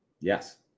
Yes